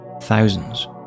thousands